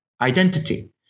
identity